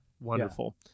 wonderful